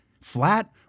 flat